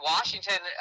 Washington